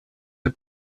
the